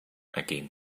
again